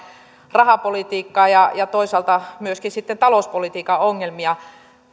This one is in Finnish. rahapolitiikkaa ja toisaalta myöskin sitten talouspolitiikan ongelmia